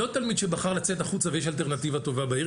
לא תלמיד שבחר לצאת החוצה ויש אלטרנטיבה טובה בעיר,